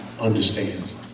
understands